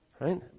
right